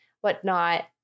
whatnot